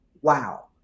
wow